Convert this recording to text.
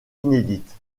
inédites